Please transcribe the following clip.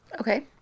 Okay